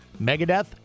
Megadeth